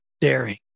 daring